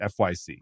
FYC